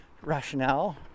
rationale